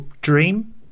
dream